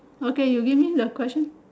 okay you give me the question